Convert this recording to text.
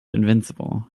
invincible